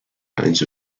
kinds